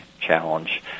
challenge